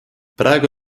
praegu